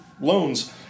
loans